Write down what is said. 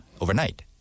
overnight